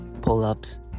pull-ups